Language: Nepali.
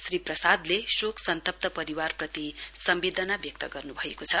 श्री प्रसादले शोक सन्तप्त परिवारप्रति सम्वेदना व्यक्त गर्न् भएको छ